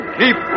keep